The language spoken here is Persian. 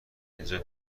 اینجا